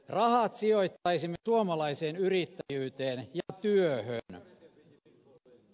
rahat sijoittaisimme suomalaiseen yrittäjyyteen ja työhön